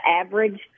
average